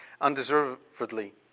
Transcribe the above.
undeservedly